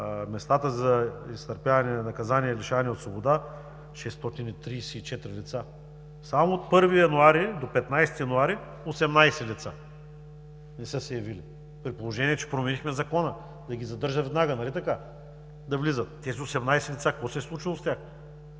местата за изтърпяване на наказание и лишаване от свобода 634 лица. Само от 1 януари до 15 януари – 18 лица не са се явили, при положение че променихме Закона – да ги задържа и веднага да влизат. Нали така? Какво се е случило с тези